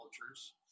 cultures